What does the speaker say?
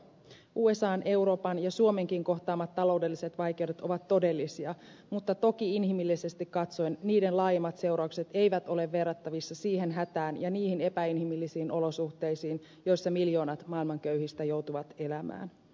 usan euroopan ja suomenkin kohtaamat taloudelliset vaikeudet ovat todellisia mutta toki inhimillisesti katsoen niiden laajemmat seuraukset eivät ole verrattavissa siihen hätään ja niihin epäinhimillisiin olosuhteisiin joissa miljoonat maailman köyhistä joutuvat elämään